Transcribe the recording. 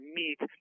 meet